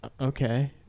Okay